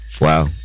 Wow